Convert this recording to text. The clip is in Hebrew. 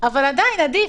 אבל עדיין זה עדיף.